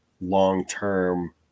long-term